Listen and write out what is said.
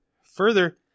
Further